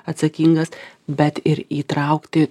atsakingas bet ir įtraukti